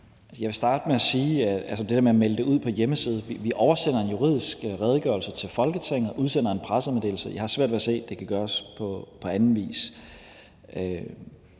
det ud på hjemmesiden: Vi oversender en juridisk redegørelse til Folketinget og udsender en pressemeddelelse. Jeg har svært ved at se, at det kan gøres på anden vis.